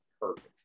perfect